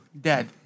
dead